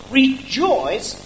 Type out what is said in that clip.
rejoice